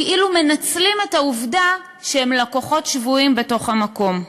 כאילו מנצלים את העובדה שהם לקוחות שבויים בתוך המקום.